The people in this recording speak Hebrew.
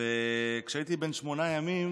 וכשהייתי בן שמונה ימים,